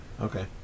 Okay